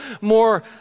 more